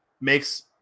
makes, –